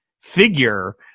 figure